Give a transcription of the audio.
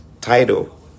title